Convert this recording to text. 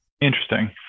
Interesting